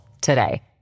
today